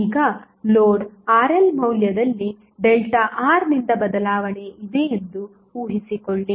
ಈಗ load RL ಮೌಲ್ಯದಲ್ಲಿ ΔR ನಿಂದ ಬದಲಾವಣೆ ಇದೆ ಎಂದು ಊಹಿಸಿಕೊಳ್ಳಿ